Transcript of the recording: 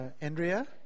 Andrea